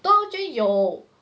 段奧娟有